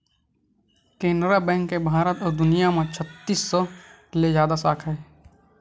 Canara bank के भारत अउ दुनिया म छत्तीस सौ ले जादा साखा हे